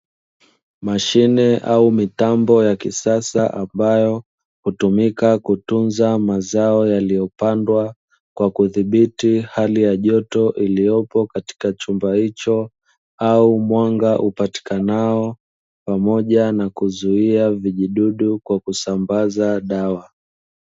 Mashine au mitambo ya kisasa ambayo hutumika kutunza mazao yaliyopandwa kwa kudhibiti hali ya joto iliyopo katika chumba hicho, au mwanga upatikanao pamoja na kuzuia vijidudu kwa kusambaza dawa.